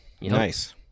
Nice